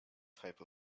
type